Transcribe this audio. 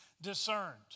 discerned